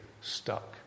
stuck